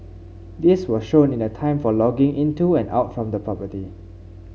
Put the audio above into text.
this was shown in the time for logging into and out from the property